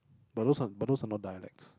but those are those are not dialects